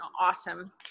awesome